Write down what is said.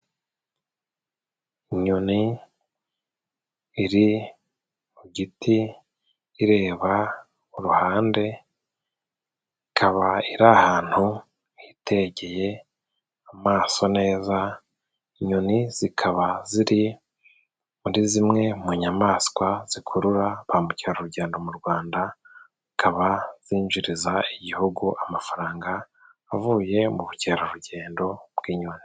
Inyoni iri mu giti ireba uruhande ikaba iri ahantu hitejyeye amaso neza, inyoni zikaba ziri muri zimwe mu nyamaswa zikurura ba mukerarugendo mu Rwanda zikaba zinjiriza igihugu amafaranga avuye mu bukerarugendo bw'inyoni.